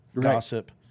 gossip